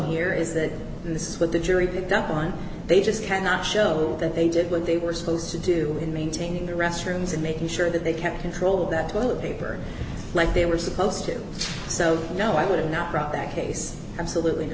here is that this is what the jury did done they just cannot show that they did what they were supposed to do in maintaining the restrooms and making sure that they can't control that toilet paper like they were supposed to so no i would not drop that case absolutely